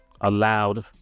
allowed